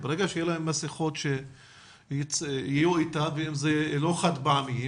ברגע שיהיו להם מסכות שיהיו איתם וזה לא חד פעמי,